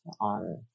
on